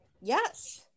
Yes